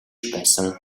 байсан